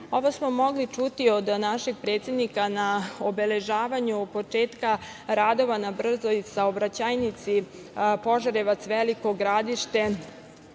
Ovo smo mogli čuti od našeg predsednika na obeležavanju početka radova na brzoj saobraćajnici Požarevac – Veliko Gradište